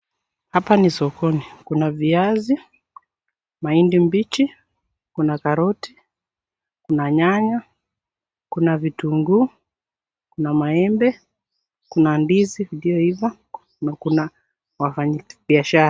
Hapa ni sokoni. Kuna viazi, mahindi mbichi, kuna karoti, kuna nyanya, kuna vitunguu, kuna maembe, kuna ndizi iliyoiva na kuna wafanyabiashara.